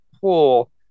pool